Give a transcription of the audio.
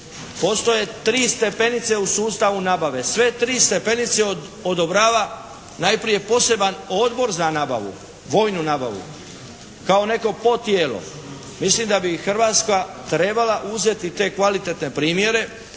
Postoje tri stepenice u sustavu nabave. Sve tri stepenice odobrava najprije poseban odbor za nabavu, vojnu nabavu kao neko podtijelo. Mislim da bi Hrvatska trebala uzeti te kvalitetne primjere,